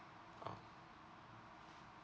ah